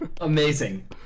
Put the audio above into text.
Amazing